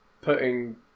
putting